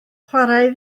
chwaraea